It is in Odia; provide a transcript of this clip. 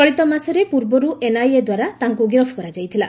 ଚଳିତମାସରେ ପୂର୍ବରୁ ଏନ୍ଆଇଏ ଦ୍ୱାରା ତାଙ୍କୁ ଗିରଫ କରାଯାଇଥିଲା